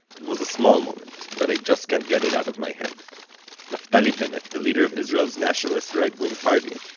it was a small moment but i just can't get it out of my head naftali bennett, the leader of israel's nationalist right wing party,